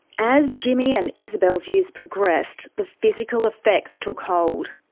as jimmy and isabelle's use progressed, the physical effects took hold.